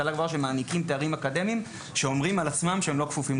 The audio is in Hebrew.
מעניקים תארים אקדמיים שאומרים על עצמם שהם לא כפופים.